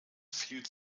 viel